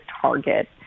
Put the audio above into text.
target